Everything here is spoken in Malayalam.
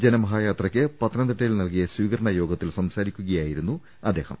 ജനമഹായാ ത്രക്ക് പത്തനംതിട്ടയിൽ നൽകിയ സ്വീകരണ യോഗത്തിൽ സംസാ രിക്കുകയായിരുന്നു അദ്ദേഹം